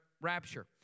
rapture